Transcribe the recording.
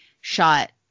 shot